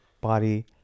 body